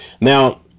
Now